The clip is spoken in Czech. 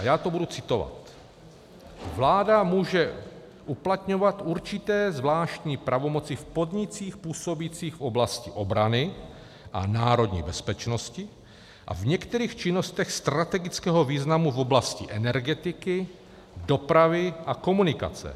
A já to budu citovat: Vláda může uplatňovat určité zvláštní pravomoci v podnicích působících v oblasti obrany a národní bezpečnosti a v některých činnostech strategického významu v oblasti energetiky, dopravy a komunikací.